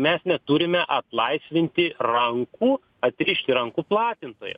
mes neturime atlaisvinti rankų atrišti rankų platintojam